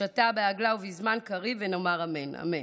השתא בעגלא ובזמן קריב ונאמר אמן.